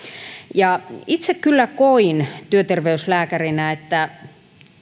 itse kyllä koin työterveyslääkärinä että